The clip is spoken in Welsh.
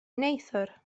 neithiwr